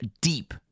deep